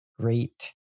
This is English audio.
great